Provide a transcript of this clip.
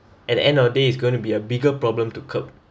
at the end of the day is going to be a bigger problem to curb